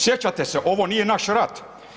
Sjećate se ovo nije naš rat.